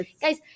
Guys